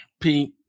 Pete